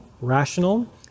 rational